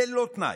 ללא תנאי.